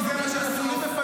כי זה מה ששמים בפנינו.